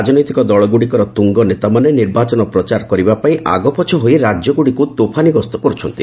ରାଜନୈତିକ ଦଳଗୁଡ଼ିକର ତୁଙ୍ଗ ନେତାମାନେ ନିର୍ବାଚନ ପ୍ରଚାର କରିବା ପାଇଁ ଆଗପଛ ହୋଇ ରାକ୍ୟଗୁଡ଼ିକୁ ତୋଫାନି ଗସ୍ତ କର୍ଛନ୍ତି